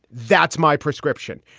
that's my prescription.